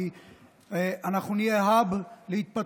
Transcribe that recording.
כי אנחנו נהיה hub להתפתחות,